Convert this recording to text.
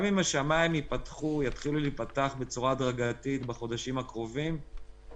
גם אם השמיים יתחילו להיפתח בצורה הדרגתית בחודשים הקרובים,